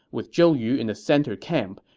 with zhou yu in the center camp,